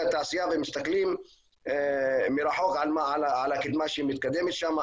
התעשייה ומסתכלים מרחוק על הקדמה שמתקדמת שם.